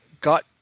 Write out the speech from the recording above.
got